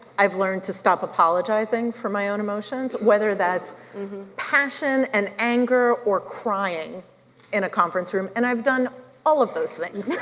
i've learned to stop apologizing for my own emotions, whether that's passion and anger or crying in a conference room and i've done all of those things,